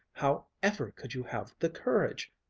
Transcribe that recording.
how ever could you have the courage?